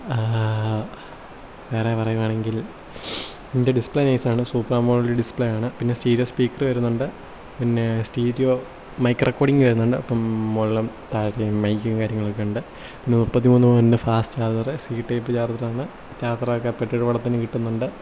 വേറെ പറയുവാണെങ്കിൽ ഇതിൻ്റെ ഡിസ്പ്ലേ നൈസ് ആണ് സൂപ്പർ അമോലെഡ് ഡിസ്പ്ലേ ആണ് പിന്നെ സ്റ്റീരിയോ സ്പീക്കർ വരുന്നുണ്ട് പിന്നെ സ്റ്റീരിയോ മൈക്ക് റെക്കോർഡിങ് വരുന്നുണ്ട് അപ്പം മുകളിലും താഴത്തേ മൈക്കും കാര്യങ്ങളൊക്കെയുണ്ട് പിന്നെ മുപ്പത്തിമൂന്ന് പവറിൻ്റെ fast charger C type charger ആണ് ചാർജർ ഒക്കെ ആ പെട്ടിയുടെ കൂടെത്തന്നെ കിട്ടുന്നുണ്ട്